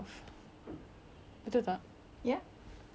you tak akan fikir buruk pasal tentang tentang diri you sendiri